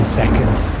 seconds